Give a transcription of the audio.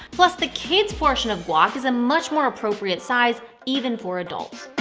plus, the kids portion of guac is a much more appropriate size, even for adults!